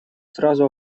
сразу